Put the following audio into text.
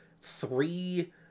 three